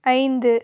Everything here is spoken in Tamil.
ஐந்து